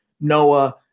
Noah